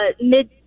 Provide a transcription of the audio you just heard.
mid